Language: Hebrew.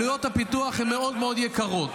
עלויות הפיתוח הן מאוד מאוד יקרות.